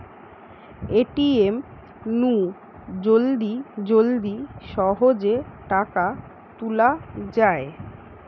ATM নু জলদি জলদি সহজে টাকা তুলা যায়